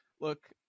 look